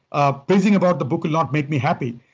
ah praising about the book a lot made me happy.